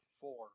four